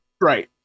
Right